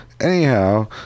anyhow